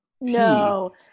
No